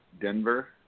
Denver